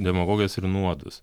demagogijas ir nuodus